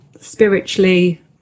spiritually